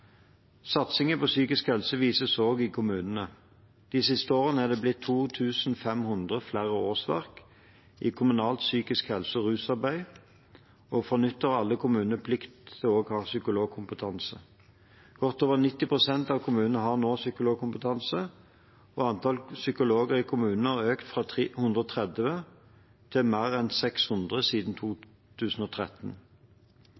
Satsingen på psykisk helse vises også i kommunene. De siste årene er det blitt 2 500 flere årsverk i kommunalt psykisk helse- og rusarbeid, og fra nyttår har alle kommuner plikt til å ha psykologkompetanse. Godt over 90 pst. av kommunene har nå psykologkompetanse, og antallet psykologer i kommunene har økt fra 130 til mer enn 600 siden